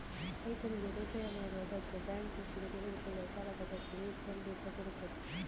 ರೈತನಿಗೆ ಬೇಸಾಯ ಮಾಡುವ ಬಗ್ಗೆ ಬ್ಯಾಂಕ್ ಕೃಷಿಗೆ ತೆಗೆದುಕೊಳ್ಳುವ ಸಾಲದ ಬಗ್ಗೆ ಹೇಗೆ ಸಂದೇಶ ಕೊಡುತ್ತದೆ?